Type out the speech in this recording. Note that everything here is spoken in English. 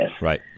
Right